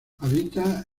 habita